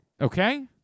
Okay